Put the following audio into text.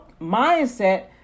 mindset